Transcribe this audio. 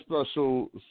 special